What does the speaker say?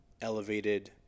elevated